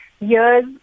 Years